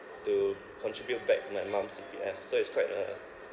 to contribute back my mum's C_P_F so it's quite a